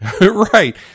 right